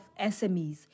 SMEs